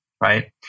right